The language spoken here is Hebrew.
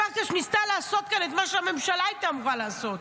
פרקש ניסתה לעשות כאן את מה שהממשלה הייתה אמורה לעשות,